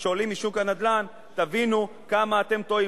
משוק הנדל"ן, תבינו כמה אתם טועים.